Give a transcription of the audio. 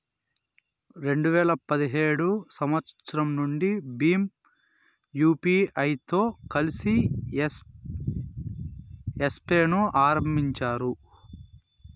రెండు వేల పదిహేడు సంవచ్చరం నుండి భీమ్ యూపీఐతో కలిసి యెస్ పే ను ఆరంభించారు